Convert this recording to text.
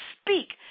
speak